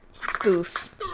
spoof